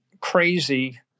crazy